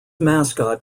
mascot